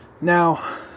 now